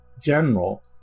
general